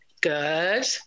Good